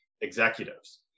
executives